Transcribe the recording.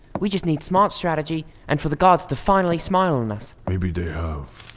we just need smart strategy and for the gods to finally smile on us. maybe they have